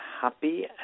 happy